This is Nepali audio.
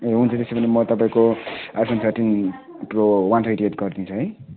ए हुन्छ त्यसो भने म तपाईँको आइफोन थर्टिनको वन ट्वेन्टी एट गरिदिन्छु है